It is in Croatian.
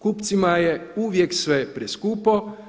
Kupcima je uvijek sve preskupo.